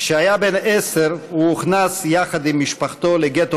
כשהיה בן עשר הוא הוכנס יחד עם משפחתו לגטו